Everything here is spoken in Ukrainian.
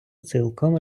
цілком